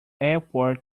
airport